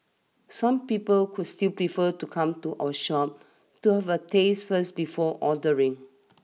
some people could still prefer to come to our shop to have a taste first before ordering